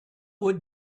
would